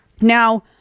Now